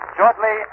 Shortly